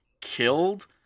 killed